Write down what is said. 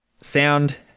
sound